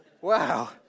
Wow